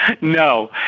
No